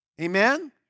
Amen